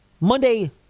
Monday